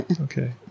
Okay